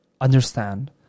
understand